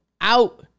out